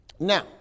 Now